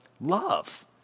Love